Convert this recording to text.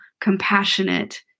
compassionate